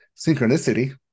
Synchronicity